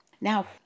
Now